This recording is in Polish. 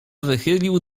wychylił